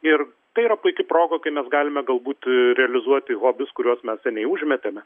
ir tai yra puiki proga kai mes galime galbūt realizuoti hobius kuriuos mes seniai užmetėme